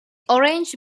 orange